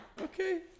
Okay